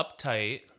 uptight